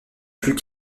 plus